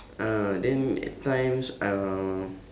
uh then at times um